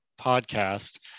podcast